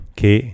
che